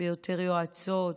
ביותר יועצות,